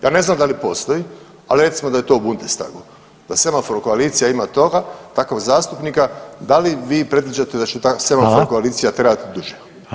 Ja ne znam da li postoji, ali recimo da je to u Bundestagu, na semaforu koalicija ima toga, takvog zastupnika, da li vi predviđate da će semafor koalicija trajati duže.